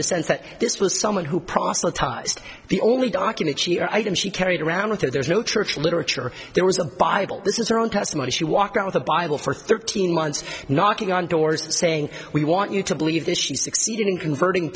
the sense that this was someone who proselytized the only document she item she carried around with her there's no church literature there was a bible this is her own testimony she walked around with a bible for thirteen months knocking on doors saying we want you to believe this she succeeded in converting